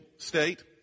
state